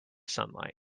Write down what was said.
sunlight